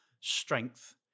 strength